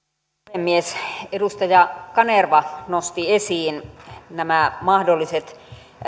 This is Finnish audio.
puhemies edustaja kanerva nosti esiin nämä mahdolliset